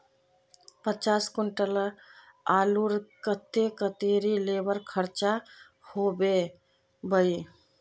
पचास कुंटल आलूर केते कतेरी लेबर खर्चा होबे बई?